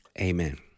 Amen